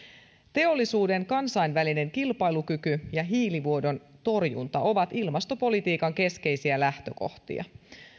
teollisuuden kansainvälinen kilpailukyky ja hiilivuodon torjunta ovat ilmastopolitiikan keskeisiä lähtökohtia